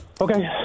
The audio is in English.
Okay